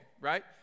right